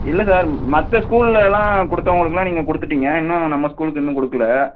இல்லை சார் மற்ற ஸ்கூல்லலாம் கொடுத்தவங்களுக்குல்லாம் நீங்கள் கொடுத்துட்டீங்க இன்னும் நம்ம ஸ்கூலுக்கு இன்னும் கொடுக்கல